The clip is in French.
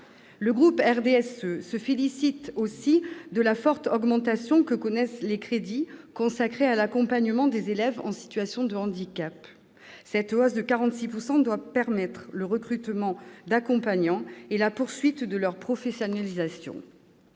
Le groupe du RDSE se félicite aussi de la forte augmentation que connaissent les crédits consacrés à l'accompagnement des élèves en situation de handicap. Cette hausse, de 46 %, doit permettre le recrutement d'accompagnants et la poursuite de la professionnalisation